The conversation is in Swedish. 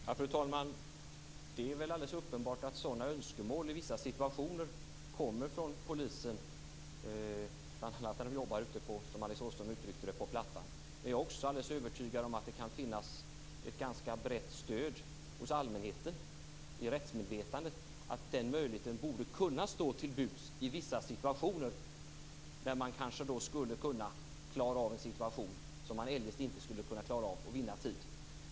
Fru talman! Det är alldeles uppenbart att sådana önskemål i vissa situationer kommer från polisen, bl.a. från dem som jobbar ute på "Plattan", som Alice Åström uttryckte det. Jag är övertygad om att det också kan finnas ett brett stöd i allmänhetens rättsmedvetande för att den möjligheten borde kunna stå till buds i vissa situationer. Det skulle ge en möjlighet att klara av en situation som man eljest inte skulle klara av och vinna tid.